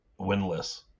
winless